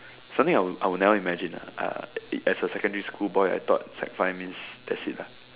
something I would I would never imagine lah uh as a secondary school boy I thought sec five means that's it lah